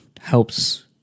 helps